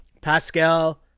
Pascal